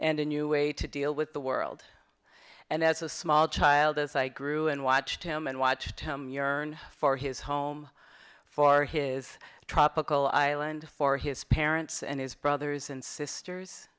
and a new way to deal with the world and as a small child as i grew and watched him and watched him your own for his home for his tropical island for his parents and his brothers and sisters